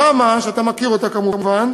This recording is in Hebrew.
ראמ"ה, שאתה מכיר אותה כמובן,